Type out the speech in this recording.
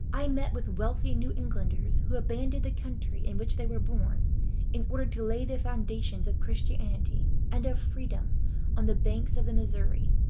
i met with wealthy new englanders who abandoned the country in which they were born in order to lay the foundations of christianity and of freedom on the banks of the missouri,